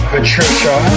Patricia